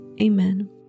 Amen